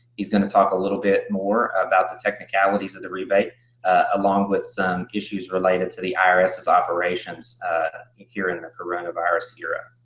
he's going to talk a little bit more about the technicalities of the rebate along with some issues related to the irs's operations here in the coronavirus era.